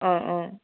অঁ অঁ